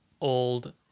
old